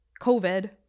covid